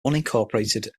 unincorporated